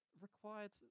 required